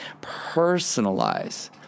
personalize